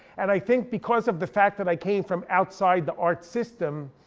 and i think because of the fact that i came from outside the art system,